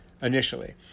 Initially